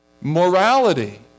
Morality